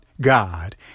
God